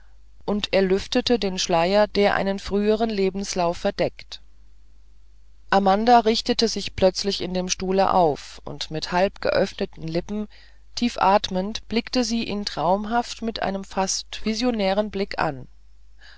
und er lüftete den schleier der einen früheren lebenslauf verdeckt amanda richtete sich plötzlich im stuhle auf und mit halb geöffneten lippen tief atmend blickte sie ihn traumhaft mit einem fast visionären blick an